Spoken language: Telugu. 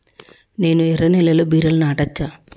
నేను ఎర్ర నేలలో బీరలు నాటచ్చా?